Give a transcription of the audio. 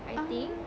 I think